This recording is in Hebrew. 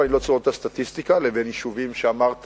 ואני לא צריך לראות את הסטטיסטיקה: יישובים שאמרת